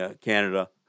Canada